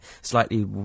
slightly